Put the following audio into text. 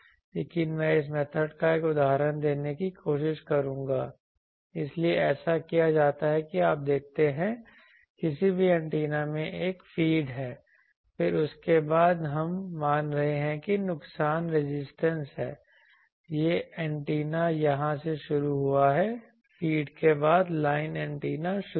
लेकिन मैं इस मेथड का एक उदाहरण देने की कोशिश करूंगा इसलिए ऐसा किया जाता है कि आप देखते हैं किसी भी एंटीना में एक फ़ीड है फिर उसके बाद हम मान रहे हैं कि नुकसान रेजिस्टेंस है यह एंटीना यहाँ से शुरू हुआ है फ़ीड के बाद लाइन एंटीना शुरू किया